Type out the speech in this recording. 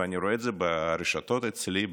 ואני רואה את זה ברשתות אצלי,